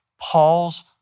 Paul's